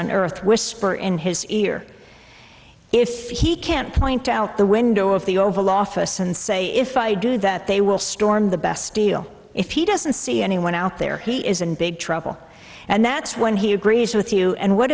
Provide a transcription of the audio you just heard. on earth whisper in his ear if he can't point out the window of the oval office and say if i do that they will storm the best deal if he doesn't see anyone out there he is in big trouble and that's when he agrees with you and what